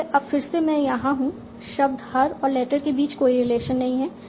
इसलिए अब फिर से मैं यहां हूं शब्द हर और लेटर के बीच कोई रिलेशन नहीं है